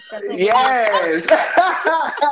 Yes